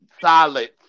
solid